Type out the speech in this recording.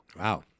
Wow